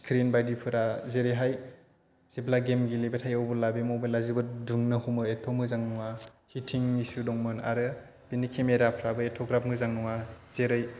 screen बायदिफोरा जेरैहाय जेब्ला गेम गेलेबाय थायो अब्ला बे मबाइला जोबोद दुंनो हमो एथ' मोजां नङा हिटिं इसु दंमोन आरो बेनि केमेराफ्राबो एथ'ग्राब मोजां नङा जेरै